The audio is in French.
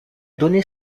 donné